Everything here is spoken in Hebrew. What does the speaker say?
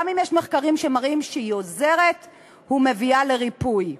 גם אם יש מחקרים שמראים שהתרופה עוזרת ומביאה לריפוי.